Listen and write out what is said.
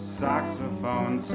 saxophone